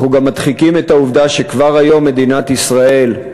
אנחנו גם מדחיקים את העובדה שכבר היום מדינת ישראל,